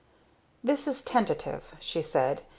this is tentative, she said,